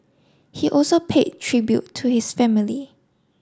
he also paid tribute to his family